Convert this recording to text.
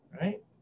right